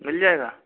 मिल जाएगा